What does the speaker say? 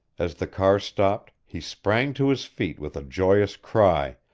as the car stopped he sprang to his feet with a joyous cry,